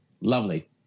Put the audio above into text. Lovely